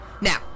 now